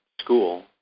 school